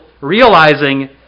realizing